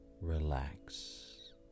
relax